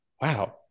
wow